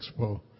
expo